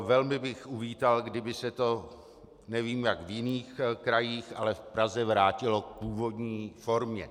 Velmi bych uvítal, kdyby se to, nevím, jak v jiných krajích, ale v Praze vrátilo k původní formě.